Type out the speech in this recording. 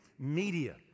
Media